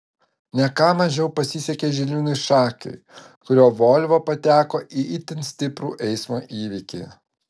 ne ką mažiau pasisekė žilvinui šakiui kurio volvo pateko į itin stiprų eismo įvykį